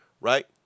right